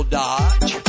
dodge